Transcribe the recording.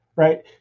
right